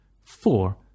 Four